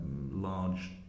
large